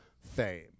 fame